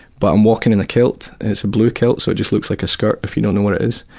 but i'm walking in a kilt, and it's a blue kilt, so it just looks like a skirt if you don't know what it is.